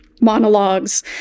monologues